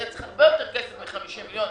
היה צריך הרבה יותר כסף מ-50 מיליון,